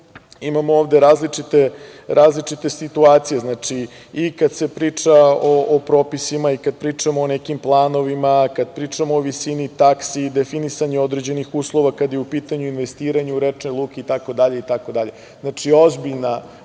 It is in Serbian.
imamo ovde različite situacije i kada se priča o propisima i kada pričamo o nekim planovima, kada pričamo o visini taksi, definisanju određenih uslova, kada je u pitanju, investiranje u rečni luk itd. Znači, ozbiljna